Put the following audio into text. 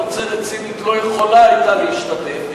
תוצרת סינית לא יכולה הייתה להשתתף,